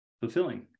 fulfilling